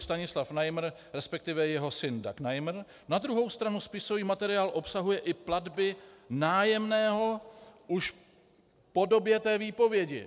Stanislav Najmr, resp. jeho syn Dag Najmr, na druhou stranu spisový materiál obsahuje i platby nájemného už po době té výpovědi.